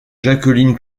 jacqueline